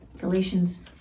Galatians